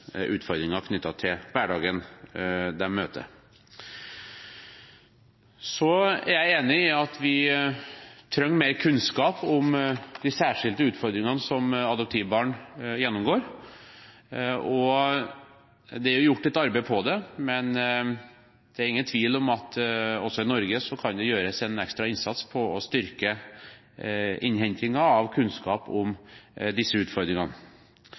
utfordringer knyttet til den hverdagen de møter. Så er jeg enig i at vi trenger mer kunnskap om de særskilte utfordringene som adoptivbarn opplever. Det er gjort et arbeid på det, men det er ingen tvil om at det også i Norge kan gjøres en ekstra innsats for å styrke innhentingen av kunnskap om disse utfordringene.